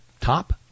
top